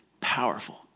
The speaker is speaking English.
Powerful